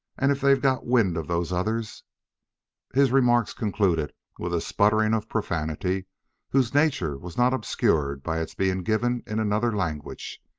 and if they've got wind of those others his remarks concluded with a sputtering of profanity whose nature was not obscured by its being given in another language.